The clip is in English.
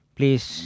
Please